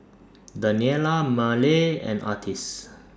Daniela Marley and Artis